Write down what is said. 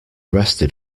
rested